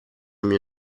mio